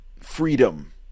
Freedom